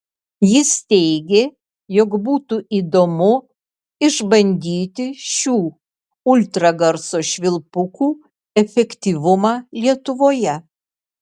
jis teigė jog būtų įdomu išbandyti šių ultragarso švilpukų efektyvumą lietuvoje